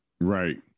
right